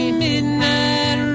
midnight